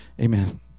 Amen